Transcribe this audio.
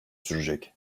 sürecek